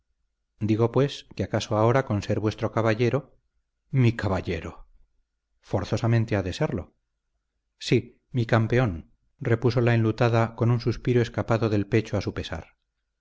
digo pues que acaso ahora con ser vuestro caballero mi caballero forzosamente ha de serlo sí mi campeón repuso la enlutada con un suspiro escapado del pecho a su pesar